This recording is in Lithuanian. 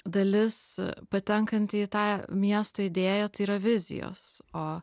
dalis patenkanti į tą miestui idėją tai yra vizijos o